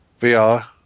VR